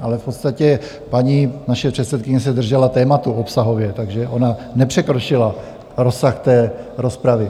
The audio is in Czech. Ale v podstatě naše paní předsedkyně se držela tématu obsahově, takže ona nepřekročila rozsah té rozpravy.